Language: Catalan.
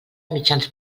mitjans